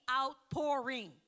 outpouring